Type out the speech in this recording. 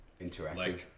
Interactive